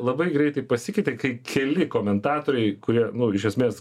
labai greitai pasikeitė kai keli komentatoriai kurie nu iš esmės